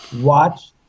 watch